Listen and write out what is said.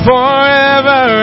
Forever